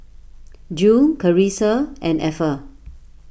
Jule Carisa and Effa